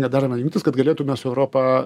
nedarome jungtis kad galėtume su europa